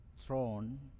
throne